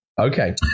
okay